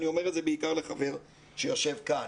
ואני אומר את זה בעיקר לחבר שיושב כאן.